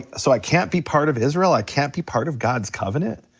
so i can't be part of israel, i can't be part of god's covenant?